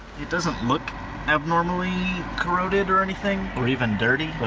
it doesn't look abnormally. corroded or anything. or even dirty. but